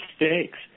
mistakes